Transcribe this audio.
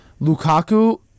Lukaku